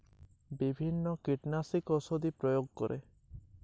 ধানের মাজরা পোকা কি ভাবে দমন করা যাবে?